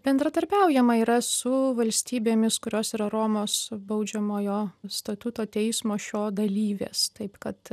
bendradarbiaujama yra su valstybėmis kurios yra romos baudžiamojo statuto teismo šio dalyvės taip kad